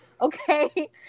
Okay